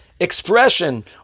expression